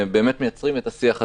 שבאמת מייצרים את השיח הזה.